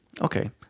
Okay